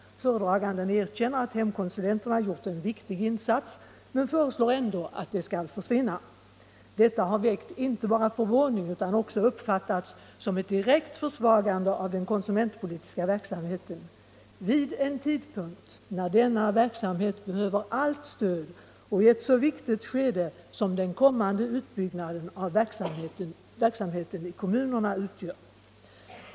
Föredraganden erkänner att hemkonsulenterna gjort en viktig insats men föreslår ändå att de skall försvinna. Detta har inte bara väckt förvåning utan också uppfattats som ett direkt försvagande av den konsumentpolitiska verksamheten vid en tidpunkt när denna verksamhet behöver allt stöd och i ett så viktigt skede som den kommande utbyggnaden av verksamheten i kommunerna utgör.